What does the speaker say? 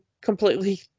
completely